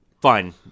Fine